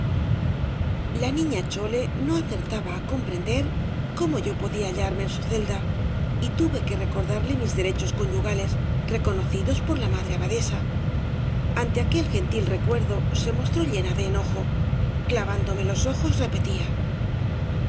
la niña chole no acertaba á comprender tf obras de valle inclan fc cómo yo podía hallarme en su celda y tuve que recordarle mis derechos conyugales reconocidos por la madre abadesa ante aquel gentil recuerdo se mostró llena de enojo clavándome los ojos repetía